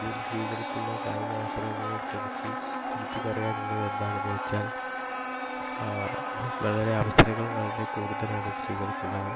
ഇന്ത്യയിൽ സ്ത്രീകൾക്കുള്ള കായികാ അവസരങ്ങളെ കുറിച്ച് എനിക്ക് പറയാനുള്ളത് എന്താണെന്ന് വെച്ചാൽ വളരെ അവസരങ്ങൾ വളരെ കൂടുതലാണ് സ്ത്രീകൾക്കുള്ളത്